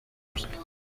bye